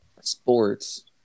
sports